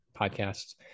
podcasts